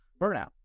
Burnout